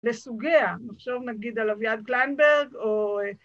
‫לסוגיה, נחשוב נגיד על אביעד קלנברג, ‫או...